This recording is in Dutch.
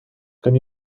kan